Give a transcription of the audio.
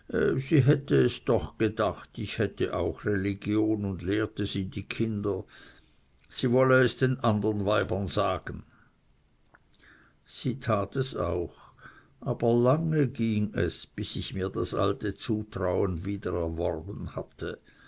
sie hätte es doch gedacht ich hätte auch religion und lehrte sie die kinder sie wolle es den andern weibern sagen sie tat es aber lange ging es bis ich mir das alte zutrauen wieder erworben hatte